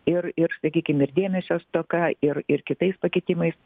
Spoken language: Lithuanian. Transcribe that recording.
ir ir sakykim ir dėmesio stoka ir ir kitais pakitimais